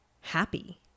happy